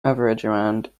around